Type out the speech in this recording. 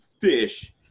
fish